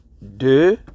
de